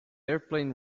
airplane